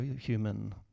human